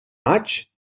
maig